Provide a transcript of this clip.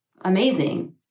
amazing